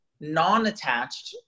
non-attached